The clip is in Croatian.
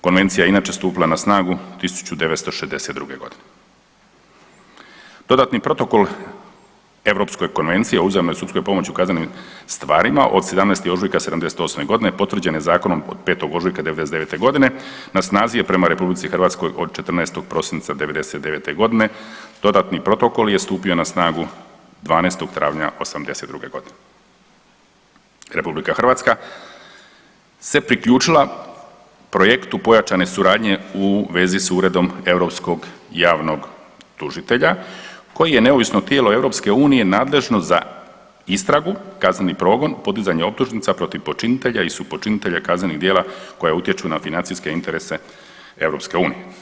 Konvencija je inače stupila na snagu 1962.g. Dodatni protokol Europskoj konvenciji o uzajamnoj sudskoj pomoći u kaznenim stvarima od 17. ožujka '78.g. potvrđen je zakonom od 5. ožujka '99.g. na snazi je prema RH od 14. prosinca '99.g. Dodatni protokol je stupio na snagu 12. travnja '82.g. RH se priključila projektu pojačane suradnje u vezi s Uredom europskog javnog tužitelja koji je neovisno tijelo EU nadležno za istragu kazneni progon, podizanje optužnica protiv počinitelja i supočinitelja kaznenih djela koja utječu na financijske interese EU.